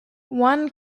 one